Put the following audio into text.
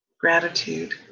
Gratitude